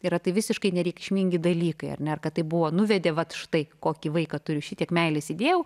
yra tai visiškai nereikšmingi dalykai ar ne ir kad tai buvo nuvedė vat štai kokį vaiką turiu šitiek meilės įdėjau